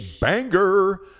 banger